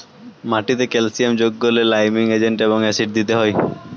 মাটিতে ক্যালসিয়াম যোগ করলে লাইমিং এজেন্ট এবং অ্যাসিড দিতে হয়